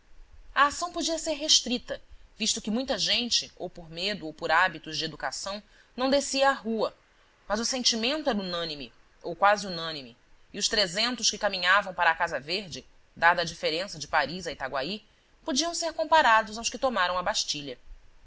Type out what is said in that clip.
a ação podia ser restritavisto que muita gente ou por medo ou por hábitos de educação não descia à rua mas o sentimento era unânime ou quase unânime e os trezentos que caminhavam para a casa verde dada a diferença de paris a itaguaí podiam ser comparados aos que tomaram a bastilha